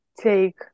take